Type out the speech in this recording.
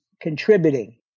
contributing